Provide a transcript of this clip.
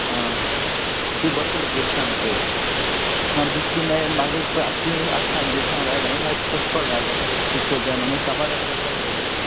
आं तुवें बरें केलें पयली सांगलें तें ना बेश्टी मागीर आतां तुवें आतां सांजी सांगल्यार जालें मागीर म्हाका कशें कळटासलें तुका फुलां जाय म्हणून मागीर काबार जाल्यार बेजार जाल्लो न्हू